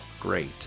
great